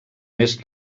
més